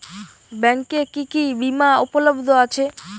ব্যাংকে কি কি বিমা উপলব্ধ আছে?